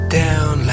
down